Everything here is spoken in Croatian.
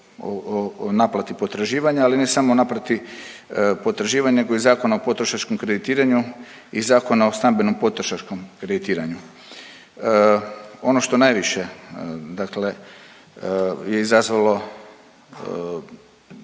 u naplati potraživanja, ali ne samo naplati potraživanja nego i Zakona o potrošačkom kreditiranju i Zakona o stambenom potrošačkom kreditiranju. Ono što najviše, dakle je izazvalo